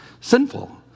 Sinful